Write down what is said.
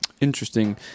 Interesting